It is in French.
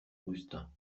augustin